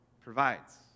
provides